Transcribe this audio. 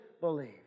believe